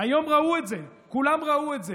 היום ראו את זה, כולם ראו את זה.